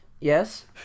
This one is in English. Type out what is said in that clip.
yes